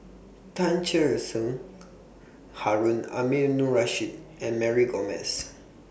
Tan Cher Sen Harun Aminurrashid and Mary Gomes